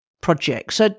projects